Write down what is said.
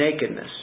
nakedness